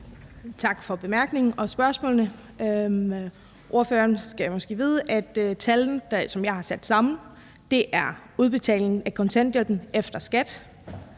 Tak for bemærkningen og spørgsmålene. Ordføreren skal måske vide, at tallene, som jeg har sat sammen, dækker over udbetalingen af kontanthjælpen efter skat,